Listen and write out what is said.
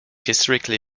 historically